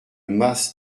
mas